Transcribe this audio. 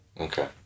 Okay